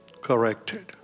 corrected